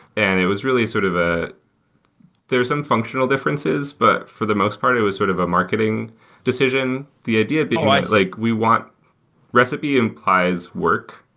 and it was really sort of ah there are some functional differences, but for the most part it was sort of a marketing decision. the idea being like like we want recipe implies work,